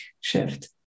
shift